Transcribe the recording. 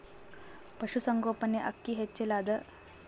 ಪಶುಸಂಗೋಪನೆ ಅಕ್ಕಿ ಹೆಚ್ಚೆಲದಾ?